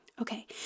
Okay